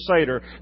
Seder